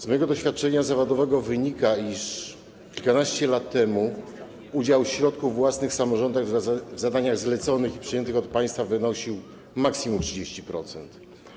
Z mojego doświadczenia zawodowego wynika, iż kilkanaście lat temu udział środków własnych samorządów w zadaniach zleconych i przyjętych od państwa wynosił maksimum 30%.